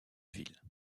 ville